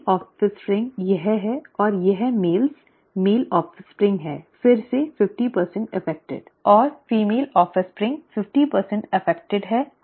mail offspring यह है और यह पुरुष मेल ऑफ़स्प्रिंग हैं फिर से 50 प्रभावित और फीमेल ऑफ़स्प्रिंग 50 प्रभावित और 50 वाहक हैं